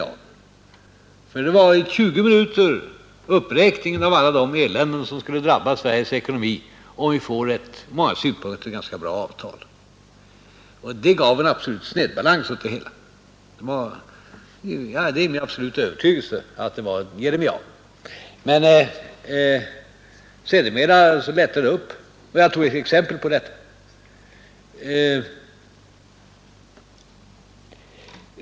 Han gjorde en tjugo minuter lång uppräkning av alla de eländen som skulle drabba Sveriges ekonomi om vi fick detta ur många synpunkter ganska bra avtal och detta gav en absolut snedbalans åt framställningen. Därför är mitt intryck att anförandet var en jeremiad. Men sedan lättade det upp, och det tog jag också exempel på.